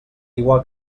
igual